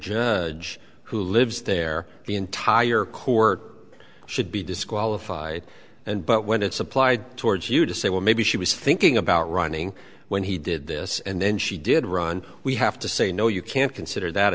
judge who lives there the entire court should be disqualified and but when it's applied towards you to say well maybe she was thinking about running when he did this and then she did run we have to say no you can't consider that